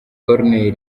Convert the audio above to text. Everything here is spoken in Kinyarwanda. koruneri